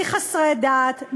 מחסרי דת,